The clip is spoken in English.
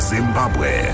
Zimbabwe